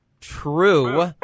true